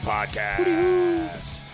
Podcast